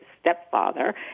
stepfather